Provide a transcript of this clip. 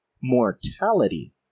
mortality